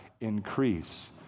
increase